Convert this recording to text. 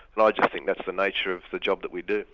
and i just think that's the nature of the job that we do.